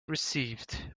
received